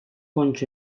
kontx